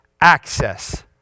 access